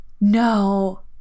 No